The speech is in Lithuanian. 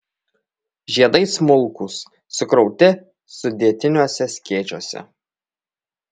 žiedai smulkūs sukrauti sudėtiniuose skėčiuose